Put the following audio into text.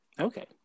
okay